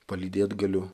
palydėt galiu